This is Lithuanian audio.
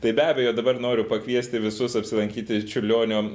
tai be abejo dabar noriu pakviesti visus apsilankyti čiurlionio